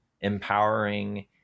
empowering